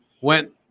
went